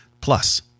Plus